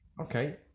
okay